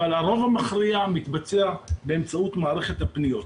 אבל הרוב המכריע מתבצע באמצעות מערכת הפניות,